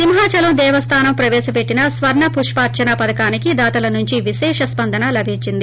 సింహాచలం దేవస్దానం ప్రవేశపెట్టిన స్వర్ణపుష్పార్చన పథకానికి దాతల నుంచి విశేష స్పందన లబించింది